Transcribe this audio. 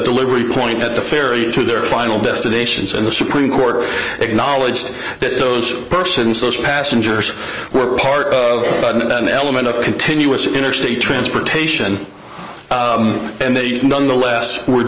delivery point at the ferry to their final destinations and the supreme court acknowledged that those persons such passengers were part of an element of continuous interstate transportation and they nonetheless w